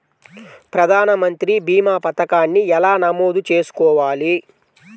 ప్రధాన మంత్రి భీమా పతకాన్ని ఎలా నమోదు చేసుకోవాలి?